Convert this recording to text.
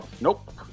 Nope